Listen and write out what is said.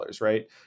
Right